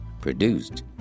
produced